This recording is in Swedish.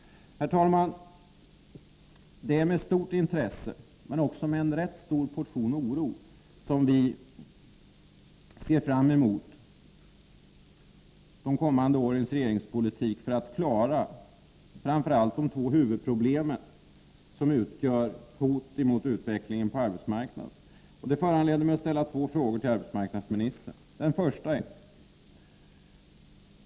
Herr talman! Det är med stort intresse, men också med en stor portion oro, som vi emotser de kommande årens regeringspolitik för att klara framför allt de två viktigaste problem som utgör hot mot utvecklingen på arbetsmarknaden. Det föranleder mig att ställa två frågor till arbetsmarknadsministern.